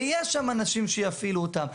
ויש שם אנשים שיפעילו אותם.